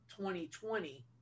2020